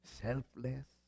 selfless